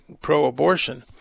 pro-abortion